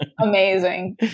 Amazing